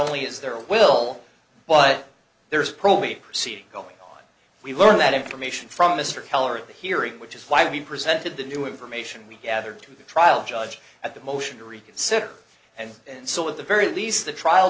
only is there a will but there's probably a proceeding going on we learned that information from mr keller at the hearing which is why we presented the new information we gathered to the trial judge at the motion to reconsider and so at the very least the trial